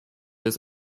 des